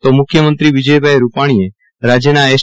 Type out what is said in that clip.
તો મખ્યમંત્રી Vijaybhai Rupani એ રાજયના એસ